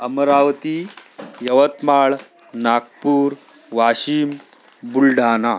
Amravati Yavatmal Nagpur Washim Buldhana